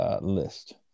list